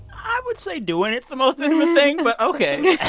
i would say doing it's the most intimate thing, but ok yeah